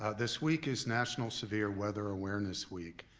ah this week is national severe weather awareness week.